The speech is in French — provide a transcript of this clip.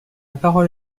parole